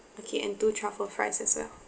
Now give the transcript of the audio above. okay and two truffle fries as well